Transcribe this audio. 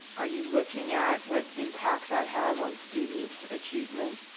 are you looking at what impact that has on students' achievement?